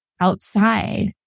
outside